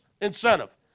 incentive